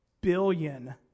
billion